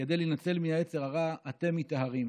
כדי להינצל מיצר הרע, אתם מיטהרים.